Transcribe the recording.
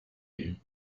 you